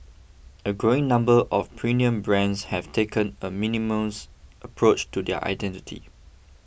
a growing number of premium brands have taken a minimalist approach to their identity